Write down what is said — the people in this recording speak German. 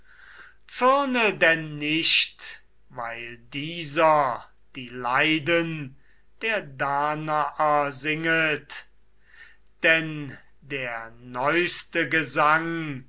zürne denn nicht weil dieser die leiden der danaer singet denn der neuste gesang